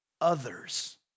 others